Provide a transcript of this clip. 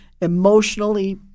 emotionally